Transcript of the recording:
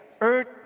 Earth